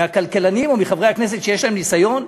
מהכלכלנים או מחברי הכנסת שיש להם ניסיון,